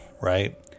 right